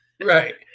Right